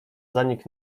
zanik